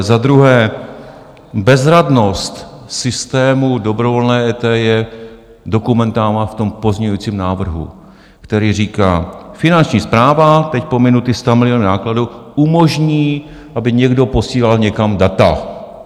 Za druhé, bezradnost systému dobrovolné EET je dokumentována v tom pozměňujícím návrhu, který říká: Finanční správa teď pominu ty stamiliony nákladů umožní, aby někdo posílal někam data.